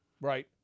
right